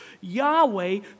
Yahweh